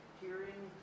hearing